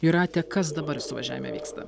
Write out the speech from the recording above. jūrate kas dabar suvažiavime vyksta